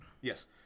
yes